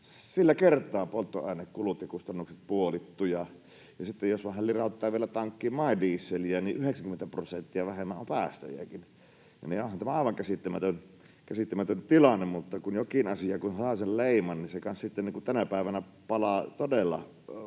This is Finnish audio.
sillä kertaa polttoainekulut ja -kustannukset puolittuivat, ja sitten, jos vähän lirauttaa vielä tankkiin MY-dieseliä, 90 prosenttia vähemmän on päästöjäkin, niin että onhan tämä aivan käsittämätön tilanne. Mutta kun jokin asia saa sen leiman, niin se kanssa sitten tänä päivänä palaa todella